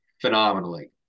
phenomenally